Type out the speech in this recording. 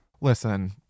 Listen